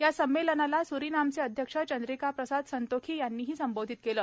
या संमेलनाला स्रिनामचे अध्यक्ष चंद्रिकाप्रसाद संतोखी यांनीही संबोधित केलं